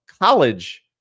college